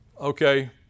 Okay